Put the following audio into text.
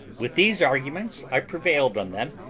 with these arguments i prevailed on them,